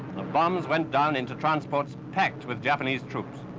the bombs went down into transports packed with japanese troops.